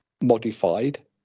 modified